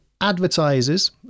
advertisers